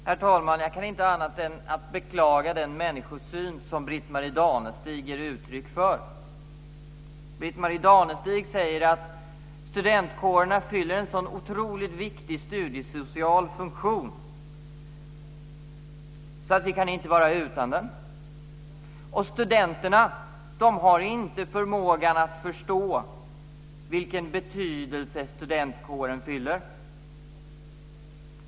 Herr talman! Jag kan inte annat än beklaga den människosyn som Britt-Marie Danestig ger uttryck för. Britt-Marie Danestig säger att studentkårerna fyller en så otroligt viktig studiesocial funktion att vi inte kan vara utan dem och att studenterna inte har förmågan att förstå vilken betydelse studentkåren har.